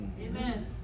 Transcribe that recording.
Amen